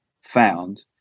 found